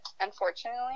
unfortunately